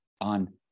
on